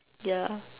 ya